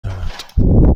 دارد